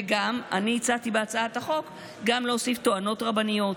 וגם הצעתי בהצעת החוק להוסיף טוענות רבניות,